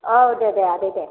औ दे दे दे आदै दे